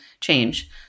change